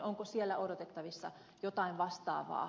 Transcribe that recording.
onko siellä odotettavissa jotain vastaavaa